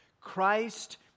Christ